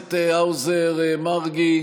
הכנסת האוזר, מרגי.